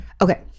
okay